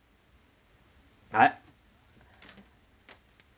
I